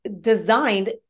designed